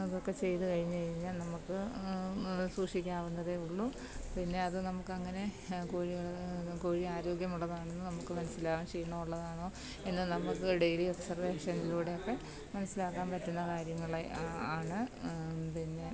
അതൊക്കെ ചെയ്ത് കഴിഞ്ഞുകഴിഞ്ഞാല് നമ്മള്ക്ക് സൂക്ഷിക്കാവുന്നതേ ഉള്ളൂ പിന്നെ അത് നമുക്കങ്ങനെ കോഴികള് കോഴി ആരോഗ്യമുള്ളതാണെന്ന് നമുക്ക് മനസിലാവും ക്ഷീണം ഉള്ളതാണോ എന്ന് നമുക്ക് ഡെയിലി ഒബ്സെർവഷനിലൂടെ ഒക്കെ മനസിലാക്കാൻ പറ്റുന്ന കാര്യങ്ങളെ ആണ് പിന്നെ